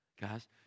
Guys